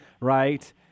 right